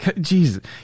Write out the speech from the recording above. Jesus